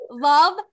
love